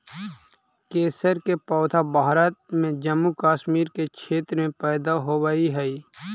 केसर के पौधा भारत में जम्मू कश्मीर के क्षेत्र में पैदा होवऽ हई